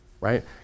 right